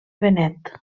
benet